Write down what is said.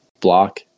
block